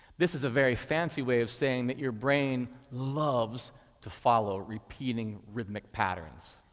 this is a very fancy way of saying that your brain loves to follow repeating, rhythmic patterns.